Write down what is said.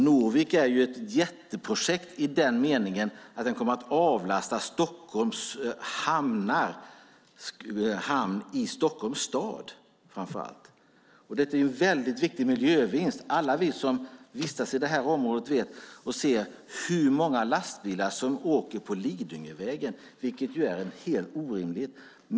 Norvik är ett jätteprojekt i den meningen att hamnen kommer att avlasta Stockholms hamnar, framför allt i Stockholms stad. Det är en viktig miljövinst. Alla vi som vistas i det området vet hur många lastbilar som kör på Lidingövägen; det är en helt orimlig mängd.